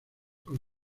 con